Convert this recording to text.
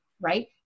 right